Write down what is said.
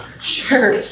Sure